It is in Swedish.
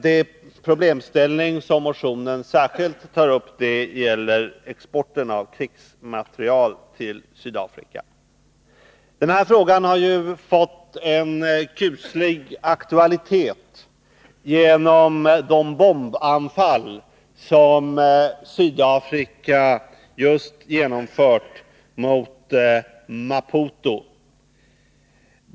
Den problemställning som motionen särskilt tar upp gäller exporten av krigsmateriel till Sydafrika. Denna fråga har fått en kuslig aktualitet genom de bombanfall som Sydafrika just har genomfört mot Maputo.